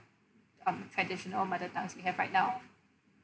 um traditional mother tongues you have right now